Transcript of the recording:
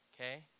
okay